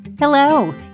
Hello